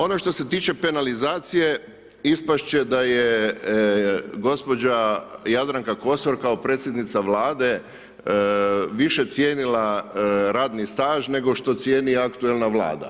Ono što se tiče penalizacije, ispasti će da je gospođa Jadranka Kosor kao predsjednica Vlade više cijenila radni staž, nego što cijeni aktualna Vlada.